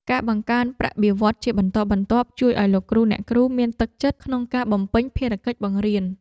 ការបង្កើនប្រាក់បៀវត្សរ៍ជាបន្តបន្ទាប់ជួយឱ្យលោកគ្រូអ្នកគ្រូមានទឹកចិត្តក្នុងការបំពេញភារកិច្ចបង្រៀន។